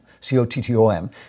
C-O-T-T-O-M